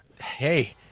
Hey